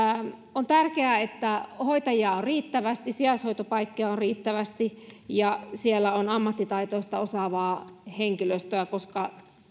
on tärkeää että hoitajia on riittävästi sijaishoitopaikkoja on riittävästi ja siellä on ammattitaitoista osaavaa henkilöstöä koska